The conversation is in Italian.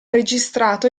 registrato